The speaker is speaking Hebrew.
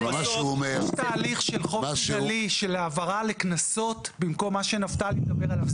יש תהליך של חוק כללי של העברה לקנסות במקום מה שנפתלי מדבר עליו.